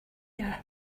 air